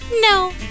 No